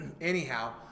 anyhow